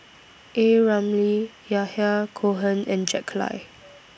A Ramli Yahya Cohen and Jack Lai